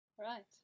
Right